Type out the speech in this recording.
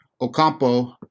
Ocampo